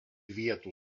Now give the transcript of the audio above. vietų